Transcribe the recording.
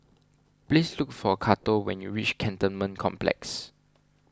please look for Cato when you reach Cantonment Complex